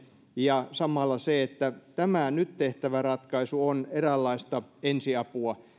ja samalla se että tämä nyt tehtävä ratkaisu on eräänlaista ensiapua